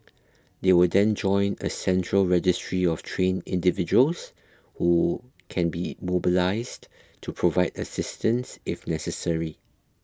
they will then join a central registry of trained individuals who can be mobilised to provide assistance if necessary